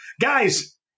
Guys